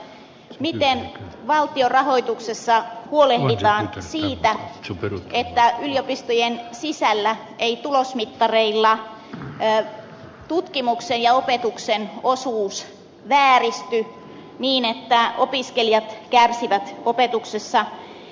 miten valtion rahoituksessa huolehditaan siitä että yliopistojen sisällä ei tulosmittareilla tutkimuksen ja opetuksen osuus vääristy niin että opiskelijat kärsivät opetuksessa